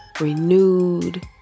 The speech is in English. renewed